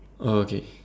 oh okay